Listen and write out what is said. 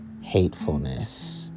hatefulness